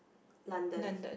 London